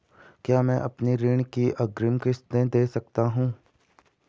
क्या मैं अपनी ऋण की अग्रिम किश्त दें सकता हूँ?